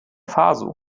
faso